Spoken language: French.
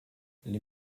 les